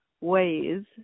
ways